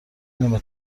نیمه